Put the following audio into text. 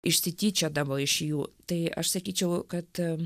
išsityčiodavo iš jų tai aš sakyčiau kad